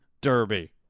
Derby